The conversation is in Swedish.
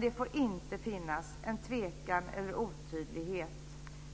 Det får inte finnas någon tvekan eller otydlighet